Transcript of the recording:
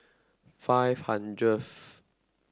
five hundredth